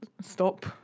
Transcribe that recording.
stop